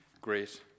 great